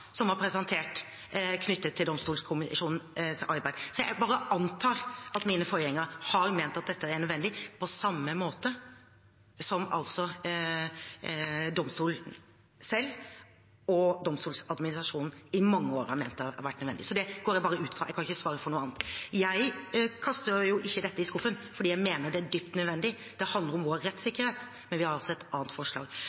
som var presentert, knyttet til Domstolkommisjonens arbeid. Jeg bare antar at mine forgjengere har ment at dette er nødvendig, på samme måte som domstolene selv og Domstoladministrasjonen i mange år har ment det har vært nødvendig. Det går jeg bare ut fra. Jeg kan ikke svare for noe annet. Jeg kaster ikke dette i skuffen, for jeg mener det er høyst nødvendig. Det handler om vår